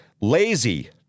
lazy